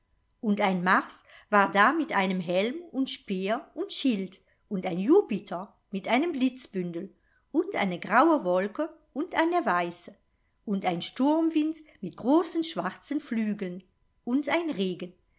und ein mars war da mit einem helm und speer und schild und ein jupiter mit einem blitzbündel und eine graue wolke und eine weiße und ein sturmwind mit großen schwarzen flügeln und ein regen